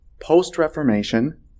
post-Reformation